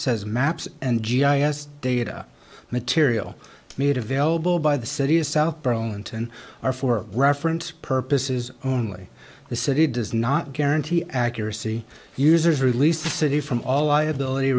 says maps and g i s data material made available by the city's south burlington are for reference purposes only the city does not guarantee accuracy users release the city from all liability